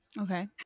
Okay